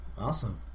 Awesome